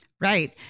Right